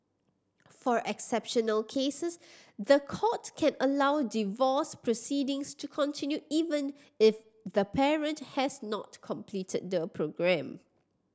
for exceptional cases the court can allow divorce proceedings to continue even if the parent has not completed the programme